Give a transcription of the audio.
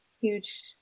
huge